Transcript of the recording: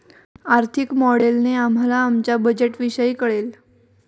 आर्थिक मॉडेलने आम्हाला आमच्या बजेटविषयी कळेल